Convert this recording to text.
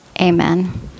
Amen